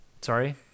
sorry